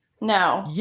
No